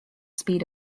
speed